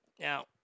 Now